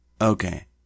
okay